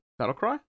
Battlecry